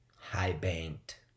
high-banked